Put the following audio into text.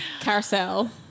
Carousel